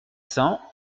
cents